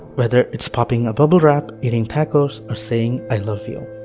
whether it's popping a bubble wrap, eating tacos or saying i love you.